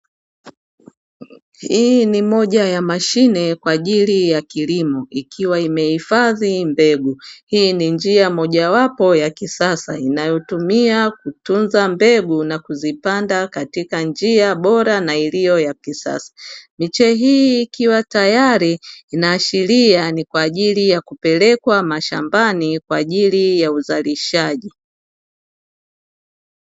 Hii ni moja ya mashine kwajili ya kilimo ikiwa imehifadhi mbegu hii ni njia mojawapo ya kisasa inayotumia kutunza mbegu na kuzipanda katika njia bora na iliyo ya kisasa, miche hii ikiwa tayari inaashiria ni kwajili ya kupelekwa mashambani kwajili ya uzalishaji.